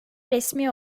resmi